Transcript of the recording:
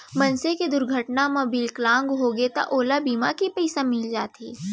मनसे के दुरघटना म बिकलांग होगे त ओला बीमा के पइसा मिल जाथे